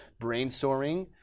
brainstorming